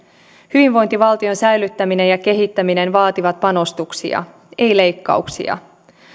hyvinvointivaltion säilyttäminen ja kehittäminen vaativat panostuksia eivät leikkauksia